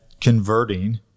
converting